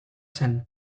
zen